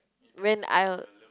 when I